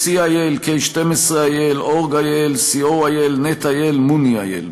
ac.il, k12.il, org.il, co.il, net.il, muni.il.